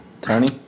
Tony